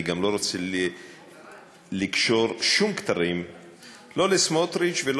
אני גם לא רוצה לקשור שום כתרים לא לסמוטריץ ולא